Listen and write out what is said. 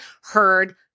heard